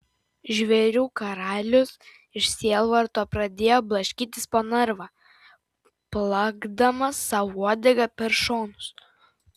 žvėrių karalius iš sielvarto pradėjo blaškytis po narvą plakdamas sau uodega per šonus